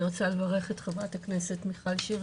אני רוצה לברך את חברת הכנסת מיכל שיר,